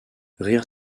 rire